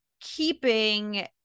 keeping